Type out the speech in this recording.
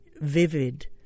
vivid